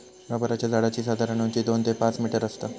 रबराच्या झाडाची साधारण उंची दोन ते पाच मीटर आसता